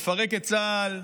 לפרק את צה"ל,